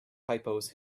typos